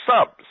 subs